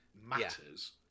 matters